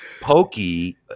pokey